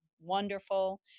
wonderful